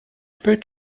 peut